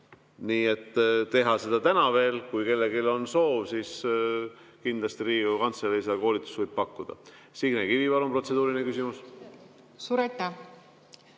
Nii et teha seda täna veel – kui kellelgi on soov, siis kindlasti Riigikogu Kantselei seda koolitust võib pakkuda. Signe Kivi, palun, protseduuriline küsimus! Suur